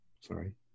sorry